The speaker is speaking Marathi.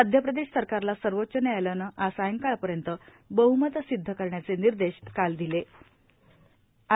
मध्यप्रदेश सरकारला सर्वोच्च न्यायालयानं आज सायंकाळपर्यंत बहमत सिद्ध करण्याचे निर्देश काल दिले होते